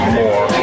more